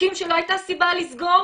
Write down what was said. תיקים שלא הייתה סיבה לסגור.